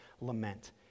lament